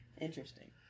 Interesting